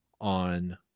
on